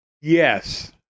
Yes